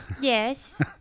Yes